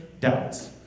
doubts